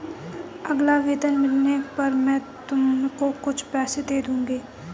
अगला वेतन मिलने पर मैं तुमको कुछ पैसे दे दूँगी